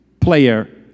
player